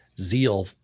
zeal